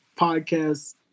podcast